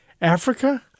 Africa